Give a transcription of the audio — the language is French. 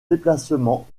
déplacement